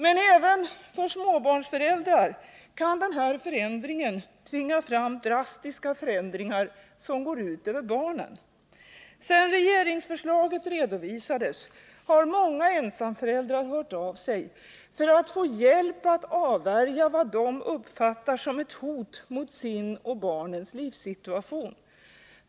Men även för småbarnsföräldrar kan denna försämring tvinga fram drastiska förändringar som går ut över barnen. Sedan regeringsförslaget redovisades har många ensamföräldrar hört av sig för att få hjälp att avvärja vad de uppfattar som ett hot mot sin och barnens hela livssituation.